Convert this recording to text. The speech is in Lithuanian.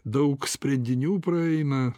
daug sprendinių praeina